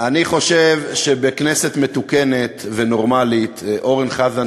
אני חושב שבכנסת מתוקנת ונורמלית אורן חזן,